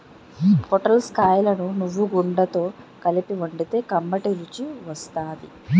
పొటల్స్ కాయలను నువ్వుగుండతో కలిపి వండితే కమ్మటి రుసి వత్తాది